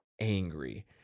angry